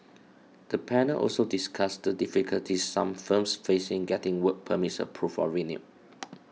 the panel also discussed the difficulties some firms faced in getting work permits approved or renewed